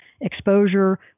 exposure